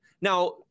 Now